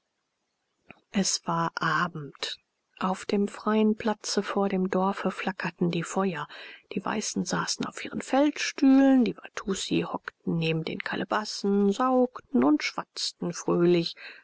es war abend auf dem freien platze vor dem dorfe flackerten die feuer die weißen saßen auf ihren feldstühlen die watussi hockten neben den kalebassen saugten und schwatzten fröhlich